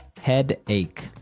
Headache